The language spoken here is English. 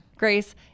Grace